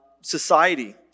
society